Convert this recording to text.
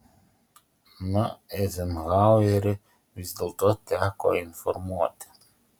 na eizenhauerį vis dėlto teko informuoti